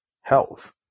health